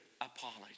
apology